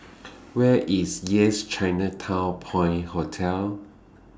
Where IS Yes Chinatown Point Hotel